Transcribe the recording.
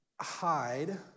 Hide